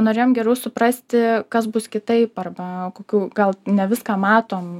norėjom geriau suprasti kas bus kitaip arba kokių gal ne viską matom